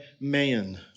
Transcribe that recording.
man